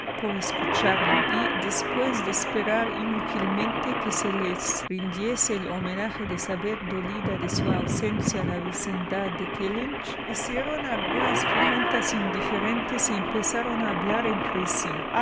por escucharla y después de esperar inútilmente que se les rindiese el homenaje de saber dolida de su ausencia a la vecindad de kellynch hicieron algunas preguntas indiferentes y empezaron a hablar entre sí